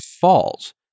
falls